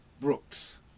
Brooks